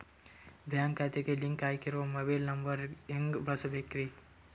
Bank ಖಾತೆಗೆ link ಆಗಿರೋ mobile number ನ ಹೆಂಗ್ ಬದಲಿಸಬೇಕ್ರಿ?